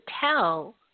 tell